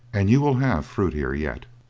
and you will have fruit here yet.